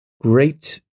great